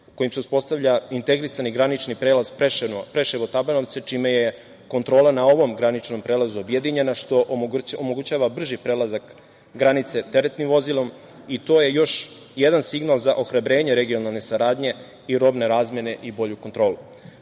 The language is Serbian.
kojim se uspostavlja integrisani granični prelaz Preševo-Tabanovce, čime je kontrola na ovom graničnom prelazu objedinjena, što omogućava brži prelazak granice teretnim vozilom i to je još jedan signal za ohrabrenje regionalne saradnje i robne razmene i bolju kontrolu. Takođe,